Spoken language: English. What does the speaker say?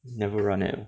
never run at all